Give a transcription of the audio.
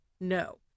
no